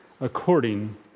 according